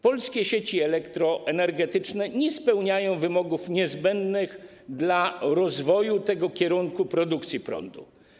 Polskie sieci elektroenergetyczne nie spełniają wymogów niezbędnych do rozwoju tego kierunku produkcji prądu.